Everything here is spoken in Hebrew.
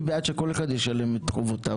אני בעד שכל אחד ישלם את חובותיו,